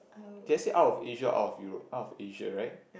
did I say out of Asia out of Europe out of Asia right